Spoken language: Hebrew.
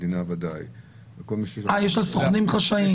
מדינה ודאי --- יש לה סוכנים חשאיים.